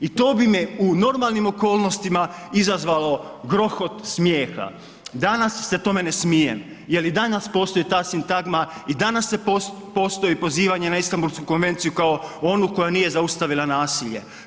I to bi me u normalnim okolnostima izazvalo grohot smijeha, danas se tome ne smijem jer i danas postoji ta sintagma i danas se postoji pozivanje na Istanbulsku konvenciju kao onu koja nije zaustavila nasilje.